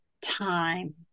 time